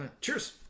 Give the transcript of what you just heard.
Cheers